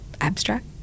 abstract